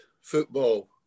football